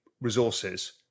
resources